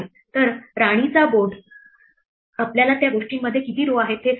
तरराणीचा board आपल्याला त्या गोष्टीमध्ये किती row आहेत ते सांगेल